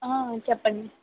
ఆ చెప్పండి